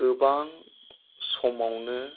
गोबां समावनो